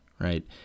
right